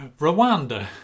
Rwanda